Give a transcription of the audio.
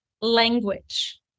Language